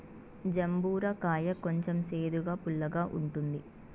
జంబూర కాయ కొంచెం సేదుగా, పుల్లగా ఉంటుంది